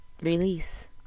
release